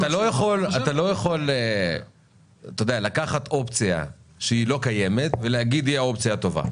אתה לא יכול לקחת אופציה שהיא לא קיימת ולהגיד שזו האופציה הטובה.